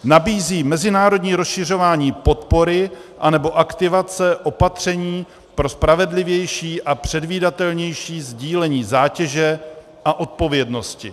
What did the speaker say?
Nabízí mezinárodní rozšiřování podpory anebo aktivace opatření pro spravedlivější a předvídatelnější sdílení zátěže a odpovědnosti.